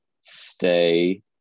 Stay